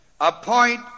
appoint